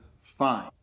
fine